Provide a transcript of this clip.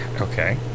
Okay